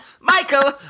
Michael